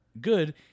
good